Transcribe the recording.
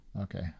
Okay